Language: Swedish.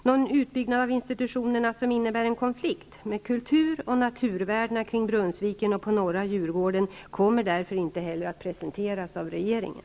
Någon utbyggnad av institutionerna som innebär en konflikt med kul tur och naturvärdena kring Brunnsviken och på Norra Djurgården kommer därför inte heller att presenteras av regeringen.